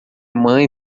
mãe